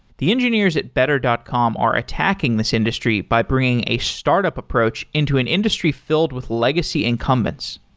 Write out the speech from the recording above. the engineers at better dot com are attacking this industry by bringing a startup approach into an industry filled with legacy incumbents.